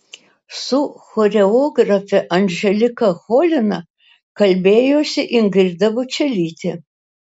su choreografe anželika cholina kalbėjosi ingrida bačelytė